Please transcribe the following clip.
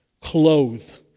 Clothed